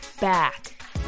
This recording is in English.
back